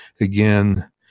Again